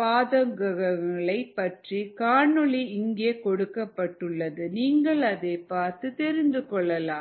பாதகங்கள் பற்றிய காணொளி இங்கே கொடுக்கப்பட்டுள்ளது நீங்கள் அதை பார்த்து தெரிந்து கொள்ளலாம்